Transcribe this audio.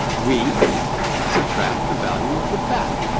we subtract the value of the bat.